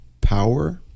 power